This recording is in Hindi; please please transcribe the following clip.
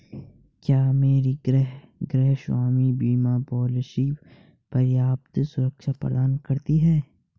क्या मेरी गृहस्वामी बीमा पॉलिसी पर्याप्त सुरक्षा प्रदान करती है?